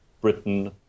Britain